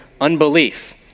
unbelief